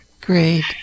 Great